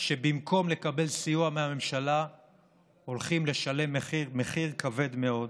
שבמקום לקבל סיוע מהממשלה הולכים לשלם מחיר כבד מאוד.